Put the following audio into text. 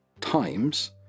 times